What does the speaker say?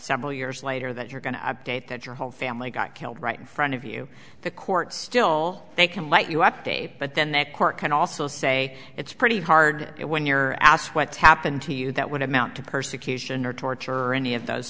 several years later that you're going to update that your whole family got killed right in front of you the court still they can let you update but then that court can also say it's pretty hard it when you're asked what's happened to you that would amount to persecution or torture or any of those